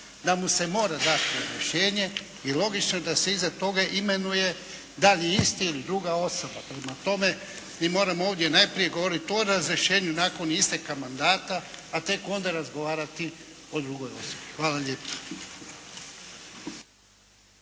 da mu se mora dati razrješenje i logično je da se iza toga imenuje da li isti ili druga osoba. Prema tome mi moramo ovdje najprije govoriti o razrješenju nakon isteka mandata a tek onda razgovarati o drugoj osobi. Hvala lijepa.